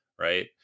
right